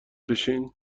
بشین